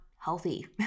healthy